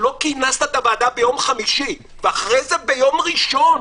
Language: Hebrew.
שלא כינסת את הוועדה ביום חמישי ואחרי זה ביום ראשון